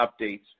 updates